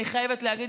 אני חייבת להגיד,